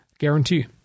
Guarantee